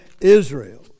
Israel